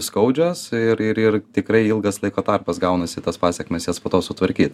skaudžios ir ir ir tikrai ilgas laiko tarpas gaunasi tas pasekmes jas po to sutvarkyt